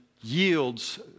yields